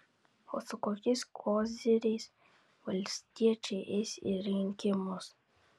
o su kokiais koziriais valstiečiai eis į rinkimus